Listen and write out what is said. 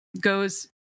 goes